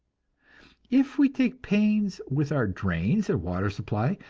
if we take pains with our drains and water supply,